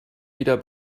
wieder